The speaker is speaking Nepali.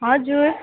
हजुर